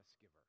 giver